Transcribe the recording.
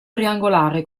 triangolare